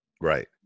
Right